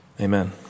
Amen